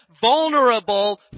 vulnerable